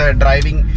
driving